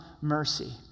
mercy